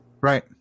Right